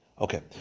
Okay